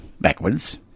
backwards